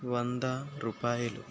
వంద రూపాయలు